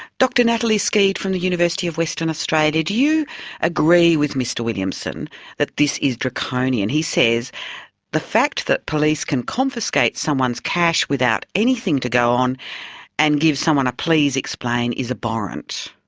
dr natalie skead from the university of western australia, do you agree with mr williamson that this is draconian? he says the fact that police can confiscate someone's cash without anything to go on and give someone a please explain is abhorrent.